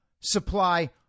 supply